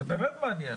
זה באמת מעניין.